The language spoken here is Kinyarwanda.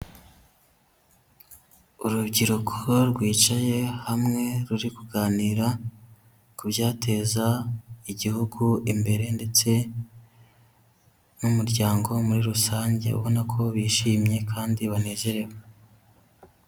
Urubyiruko rwicaye hamwe, ruri kuganira ku byateza igihugu imbere ndetse n'umuryango muri rusange, ubona ko bishimye kandi banezerewe.